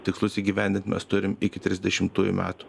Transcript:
tikslus įgyvendint mes turim iki trisdešimtųjų metų